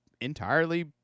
entirely